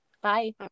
bye